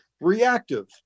reactive